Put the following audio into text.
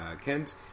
Kent